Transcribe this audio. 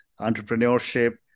entrepreneurship